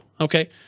okay